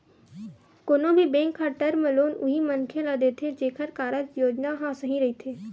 कोनो भी बेंक ह टर्म लोन उही मनखे ल देथे जेखर कारज योजना ह सही रहिथे